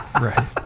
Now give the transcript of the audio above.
Right